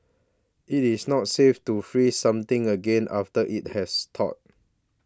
it is not safe to freeze something again after it has thawed